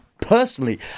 personally